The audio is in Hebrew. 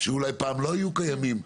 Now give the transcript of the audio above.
שאולי פעם לא היו קיימים.